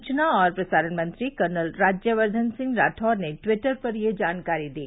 सूचना और प्रसारण मंत्री कर्नल राज्यवर्द्वन राठौड़ ने ट्वीटर पर यह जानकारी दी